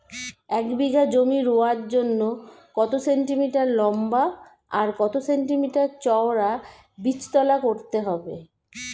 এক বিঘা জমি রোয়ার জন্য কত সেন্টিমিটার লম্বা আর কত সেন্টিমিটার চওড়া বীজতলা করতে হবে?